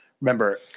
remember